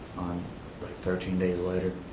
like thirteen days later.